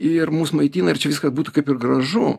ir mus maitina ir čia viskas būtų kaip ir gražu